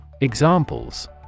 Examples